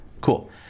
Cool